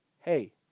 Hey